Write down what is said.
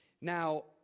now